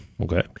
Okay